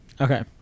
Okay